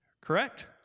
Correct